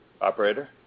Operator